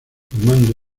formando